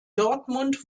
dortmund